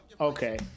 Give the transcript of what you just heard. Okay